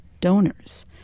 donors